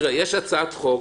תראה, יש הצעת חוק.